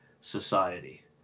society